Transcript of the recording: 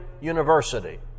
University